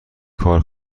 کار